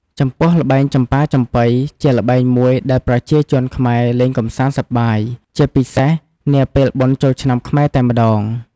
ចំពោះល្បែងចំប៉ាចំប៉ី ជាល្បែងមួយដែលប្រជាជនខ្មែរលេងកម្សាន្តសប្បាយ ជាពិសេសនាពេលបុណ្យចូលឆ្នាំខ្មែរតែម្ដង។